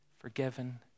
forgiven